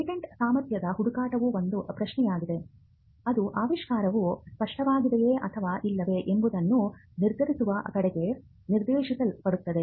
patent ಸಾಮರ್ಥ್ಯದ ಹುಡುಕಾಟವು ಒಂದು ಪ್ರಯತ್ನವಾಗಿದೆ ಅದು ಆವಿಷ್ಕಾರವು ಸ್ಪಷ್ಟವಾಗಿದೆಯೆ ಅಥವಾ ಇಲ್ಲವೇ ಎಂಬುದನ್ನು ನಿರ್ಧರಿಸುವ ಕಡೆಗೆ ನಿರ್ದೇಶಿಸಲ್ಪಡುತ್ತದೆ